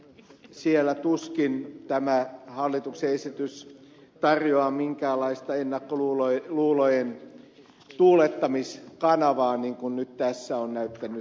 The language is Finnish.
siellä tuskin tämä hallituksen esitys tarjoaa minkäänlaista ennakkoluulojen tuulettamiskanavaa niin kuin nyt tässä on näyttänyt tarjoavan